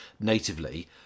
natively